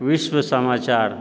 विश्व समाचार